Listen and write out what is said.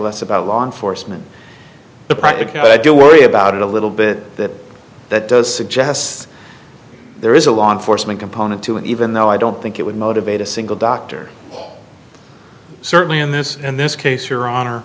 less about law enforcement the practical but i do worry about it a little bit that that does suggests there is a law enforcement component to it even though i don't think it would motivate a single doctor certainly in this in this case your honor